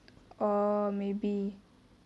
orh maybe